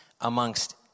amongst